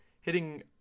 hitting